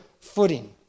footing